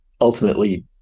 ultimately